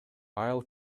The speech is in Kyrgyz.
айыл